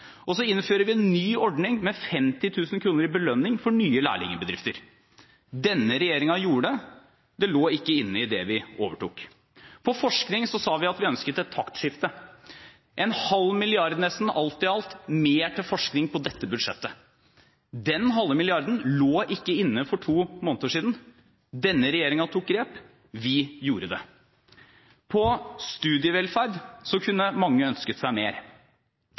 lærlingtilskuddet. Så innfører vi en ny ordning med 50 000 kr i belønning for nye lærlingbedrifter. Denne regjeringen gjorde det, det lå ikke inne i det vi overtok. På forskning sa vi at vi ønsket et taktskifte. En halv milliard, nesten – alt i alt – mer til forskning på dette budsjettet. Den halve milliarden lå ikke inne for to måneder siden – denne regjeringen tok grep, vi gjorde det. På studievelferd kunne mange ønsket seg mer.